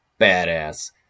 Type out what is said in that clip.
badass